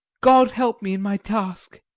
god help me in my task!